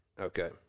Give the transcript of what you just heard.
okay